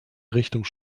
richtung